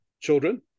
children